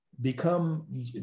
become